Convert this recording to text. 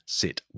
sit